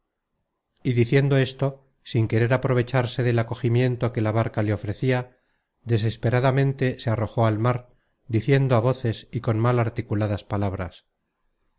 y diciendo esto sin querer aprovecharse del acogimiento que la barca le ofrecia desesperadamente se arrojó al mar diciendo á voces y con mal articuladas palabras